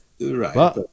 Right